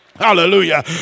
Hallelujah